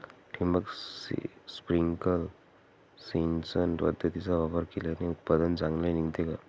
ठिबक, स्प्रिंकल सिंचन पद्धतीचा वापर केल्याने उत्पादन चांगले निघते का?